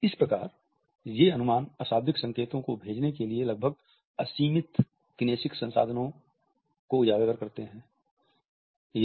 इस प्रकार ये अनुमान अशाब्दिक संकेतों को भेजने के लिए लगभग असीमित किनेसिक साधनों को उजागर करते हैं